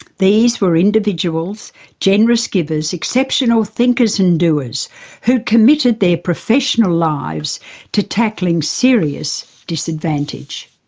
these were individuals generous givers, exceptional thinkers and doers who'd committed their professional lives to tackling serious disadvantage.